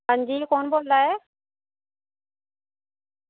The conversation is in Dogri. अंजी कु'न बोल्ला दे